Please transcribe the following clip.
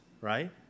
right